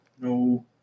No